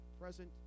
present